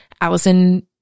Allison